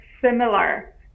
similar